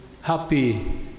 happy